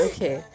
Okay